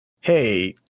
hey